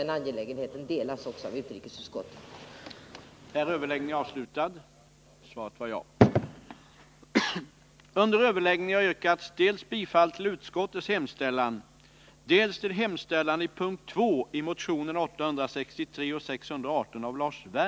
En ny internationell ordning på informationens och masskommunikationens område